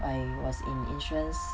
I was in insurance